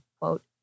quote